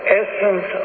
essence